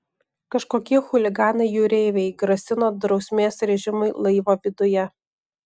kažkokie chuliganai jūreiviai grasino drausmės režimui laivo viduje